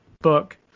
book